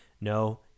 No